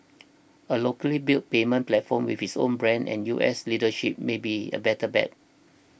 a locally built payments platform with its own brand and U S leadership may be a better bet